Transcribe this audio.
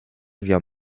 vient